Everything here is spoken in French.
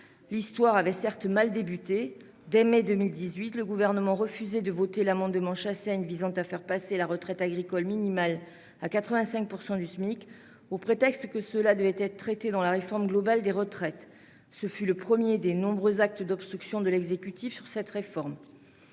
L'histoire avait certes mal débuté. Dès mai 2018, le Gouvernement refusait de voter l'amendement d'André Chassaigne visant à faire passer la retraite agricole minimale à 85 % du Smic, au prétexte que cela devait être traité dans la réforme globale des retraites. Ce fut le premier des nombreux actes d'obstruction de l'exécutif sur cette réforme.